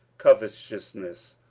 covetousness,